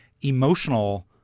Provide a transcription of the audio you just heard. emotional